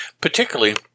particularly